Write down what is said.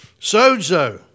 Sozo